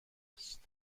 است